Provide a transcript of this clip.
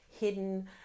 hidden